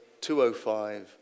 205